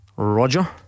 Roger